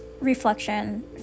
reflection